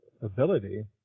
ability